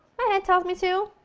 my head tells me to,